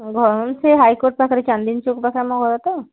ସେ ହାଇକୋର୍ଟ ପାଖରେ ଚାନ୍ଦନୀଚୌକ ପାଖରେ ଆମ ଘର ତ